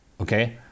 okay